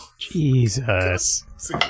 Jesus